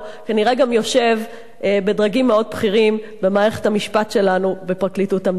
כנראה גם יושב בדרגים מאוד בכירים במערכת המשפט שלנו בפרקליטות המדינה.